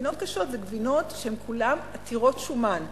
גבינות קשות זה גבינות שהן כולן עתירות שומן.